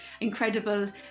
incredible